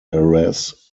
harass